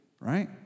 right